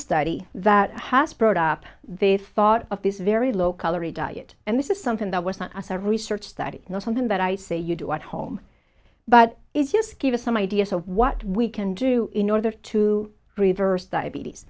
study that has brought up the thought of this very low calorie diet and this is something that was not as a research study not something that i see you do at home but it just gave us some ideas of what we can do in order to reverse diabetes